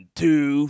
two